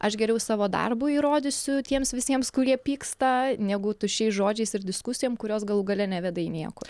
aš geriau savo darbu įrodysiu tiems visiems kurie pyksta negu tuščiais žodžiais ir diskusijom kurios galų gale neveda į niekur